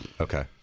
Okay